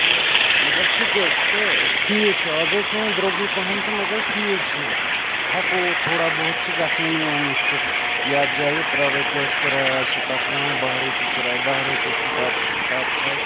تہٕ مگر شُکُر تہٕ ٹھیٖک چھِ آز حظ چھِ وۄنۍ درٛوگُے پَہم تہٕ مگر ٹھیٖک چھِ ہیٚکو تھوڑا بہت چھِ گژھٲنی وۄنۍ مشکل یَتھ جایہِ ترٛےٚ رۄپیہِ ٲسۍ کِراے آز چھِ تَتھ پیٚوان باہ رۄپیہِ کِراے دَہ رۄپیہِ سِٹاپ ٹُو سِٹاپ چھِ آز